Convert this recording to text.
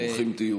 ברוכים תהיו.